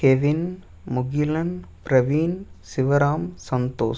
Kevin Mugilan Praveen Sivaram Santhosh